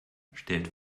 stellt